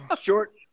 short